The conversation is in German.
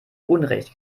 unrecht